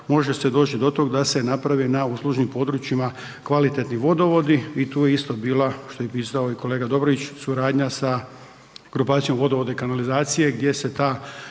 može se doći do tog da se napravi na uslužnim područjima kvalitetni vodovodi i tu je isto bila, što je i pisao kolega Dobrović, suradnja sa grupacijom vodovoda i kanalizacije gdje se ta